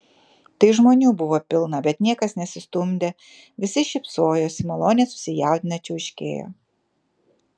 tai žmonių buvo pilna bet niekas nesistumdė visi šypsojosi maloniai susijaudinę čiauškėjo